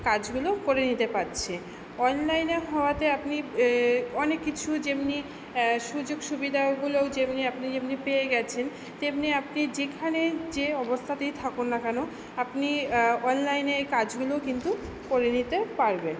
কাজগুলো করে নিতে পাচ্ছে অনলাইনে হওয়াতে আপনি অনেক কিছু যেমনি সুযোগ সুবিধাগুলোও যেমনি আপনি যেমনি পেয়ে গেছেন তেমনি আপনি যেখানেই যে অবস্থাতেই থাকুন না কেন আপনি অনলাইনে কাজগুলোও কিন্তু করে নিতে পারবেন